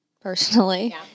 personally